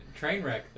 Trainwreck